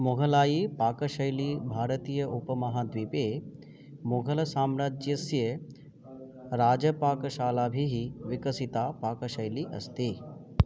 मोघलायी पाकशैली भारतीय उपमाहाद्वीपे मोघलसाम्राज्यस्य राजपाकशालाभिः विकसिता पाकशैली अस्ति